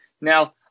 Now